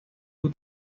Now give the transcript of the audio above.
útil